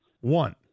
One